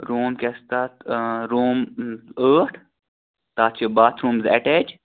room کیاہ چھِ تتھ روٗم ٲٹھ تتھ چھِ باتھروٗم زٕ اَٹیچ